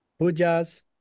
pujas